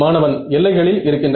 மாணவன் எல்லைகளில் இருக்கின்றன